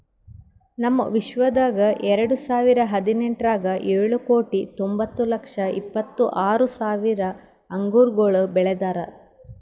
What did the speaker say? ನಮ್ ವಿಶ್ವದಾಗ್ ಎರಡು ಸಾವಿರ ಹದಿನೆಂಟರಾಗ್ ಏಳು ಕೋಟಿ ತೊಂಬತ್ತು ಲಕ್ಷ ಇಪ್ಪತ್ತು ಆರು ಸಾವಿರ ಅಂಗುರಗೊಳ್ ಬೆಳದಾರ್